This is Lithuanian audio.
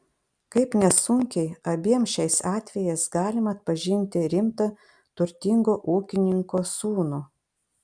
kaip nesunkiai abiem šiais atvejais galima atpažinti rimtą turtingo ūkininko sūnų